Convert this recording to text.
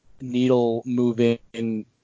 needle-moving